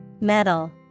Metal